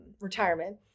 retirement